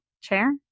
chair